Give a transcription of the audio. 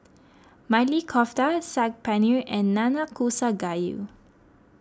Maili Kofta Saag Paneer and Nanakusa Gayu